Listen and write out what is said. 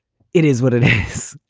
it is what it is.